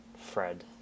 Fred